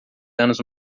anos